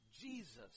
Jesus